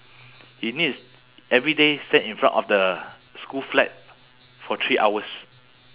he need to s~ every day stand in front of the school flag for three hours